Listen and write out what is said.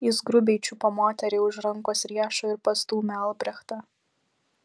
jis grubiai čiupo moterį už rankos riešo ir pastūmė albrechtą